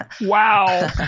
Wow